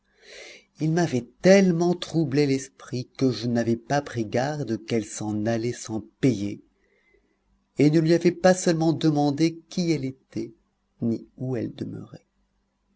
il m'avait tellement troublé l'esprit que je n'avais pas pris garde qu'elle s'en allait sans payer et ne lui avais pas seulement demandé qui elle était ni où elle demeurait